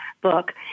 book